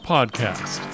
Podcast